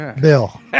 Bill